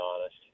honest